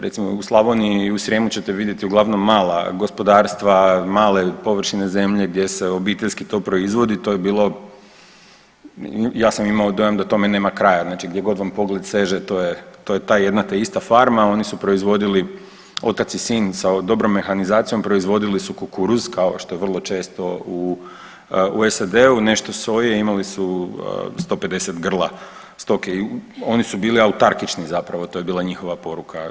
Recimo u Slavoniji i u Srijemu ćete vidjeti uglavnom mala gospodarstva, male površine zemlje gdje se obiteljski to proizvodi to je bilo ja sam imao dojam da tome nema kraja, znači gdje god vam pogled seže to je ta jedna te ista farma, a oni su proizvodili otac i sin sa dobrom mehanizacijom proizvodili su kukuruz kao što je vrlo često u SAD-u, nešto soje imali su 150 grla stoke, oni su bili autarkični zapravo, to je bila njihova poruka.